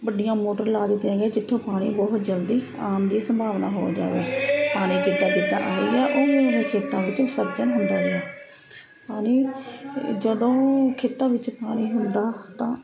ਵੱਡੀਆਂ ਮੋਟਰ ਲਾ ਦਿੱਤੀਆਂ ਗਈਆਂ ਜਿੱਥੋਂ ਪਾਣੀ ਬਹੁਤ ਜਲਦੀ ਆਉਣ ਦੀ ਸੰਭਾਵਨਾ ਹੋ ਜਾਵੇ ਪਾਣੀ ਜਿੱਦਾਂ ਜਿੱਦਾਂ ਆਈ ਗਿਆ ਉਵੇਂ ਉਵੇਂ ਖੇਤਾਂ ਵਿੱਚ ਵਿਸਰਜਣ ਹੁੰਦਾ ਗਿਆ ਪਾਣੀ ਜਦੋਂ ਖੇਤਾਂ ਵਿੱਚ ਪਾਣੀ ਹੁੰਦਾ ਤਾਂ